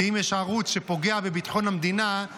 כי אם יש ערוץ שפוגע בביטחון המדינה,